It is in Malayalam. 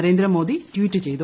നരേന്ദ്രമോദി ട്വീറ്റ് ചെയ്തു